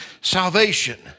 salvation